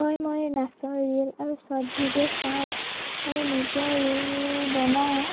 হয় মই নাচৰ ৰিল আৰু চৰ্ট ভিডিঅ' চাওঁ আৰু নিজেও ৰিল বনাওঁ